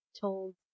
told